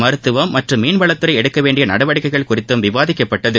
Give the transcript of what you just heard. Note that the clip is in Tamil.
மருத்துவம் மற்றும் மீன்வளத்துறை எடுக்க வேண்டிய நடவடிக்கைகள் குறித்தும் விவாதிக்கப்பட்டது